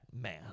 man